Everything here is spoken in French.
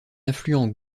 affluent